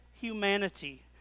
humanity